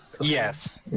Yes